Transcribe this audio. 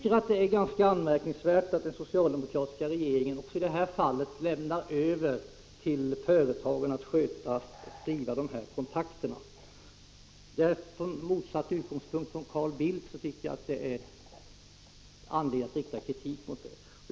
Det är enligt min mening ganska anmärkningsvärt att den socialdemokratiska regeringen även i det här fallet överlåter åt företagen att sköta och driva kontakterna i samarbetet. I motsats till Carl Bildt tycker jag att det finns anledning att rikta kritik mot detta.